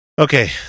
Okay